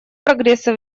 прогресса